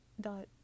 dot